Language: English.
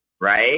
Right